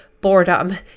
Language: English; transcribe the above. boredom